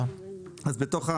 אז יש לנו --- בתוך.